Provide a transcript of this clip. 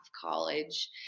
college